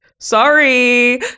Sorry